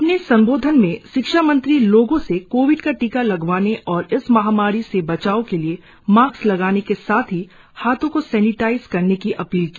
अपने संबोधन में शिक्षा मंत्री लोगों से कोविड का टीका लगवाने और इस महामारी से बचाव के लिए मास्क लगाने के साथ ही हाथों को सेनिटाईज करने की अपील की